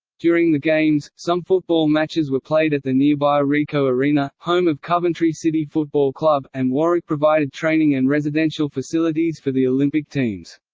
during the games, some football matches were played at the nearby ricoh arena, home of coventry city football club, and warwick provided training and residential facilities for the olympic teams.